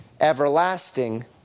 everlasting